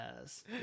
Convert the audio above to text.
Yes